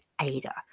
Ada